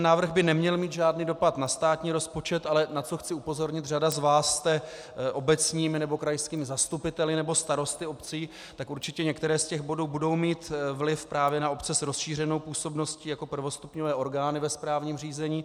Návrh by neměl mít žádný dopad na státní rozpočet, ale na co chci upozornit, řada z vás jste obecními nebo krajskými zastupiteli nebo starosty obcí, tak určitě některé z těch bodů budou mít vliv právě na obce s rozšířenou působností jako prvostupňové orgány ve správním řízení.